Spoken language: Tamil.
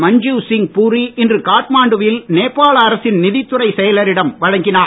மன்ஜீவ்சிங் பூரி இன்று காட்மாண்டு வில் நேபாள அரசின் நிதித்துறைச் செயலரிடம் வழங்கினார்